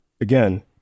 again